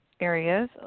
areas